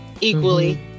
equally